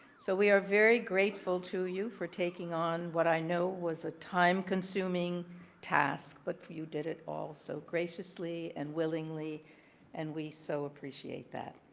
so we are very grateful to you for taking on what i know was a time-consuming task, but you did it all so graciously and willingly and we so appreciate that.